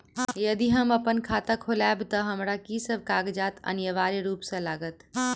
यदि हम अप्पन खाता खोलेबै तऽ हमरा की सब कागजात अनिवार्य रूप सँ लागत?